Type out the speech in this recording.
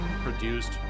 produced